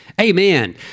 Amen